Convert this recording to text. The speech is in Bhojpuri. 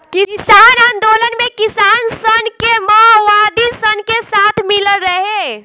किसान आन्दोलन मे किसान सन के मओवादी सन के साथ मिलल रहे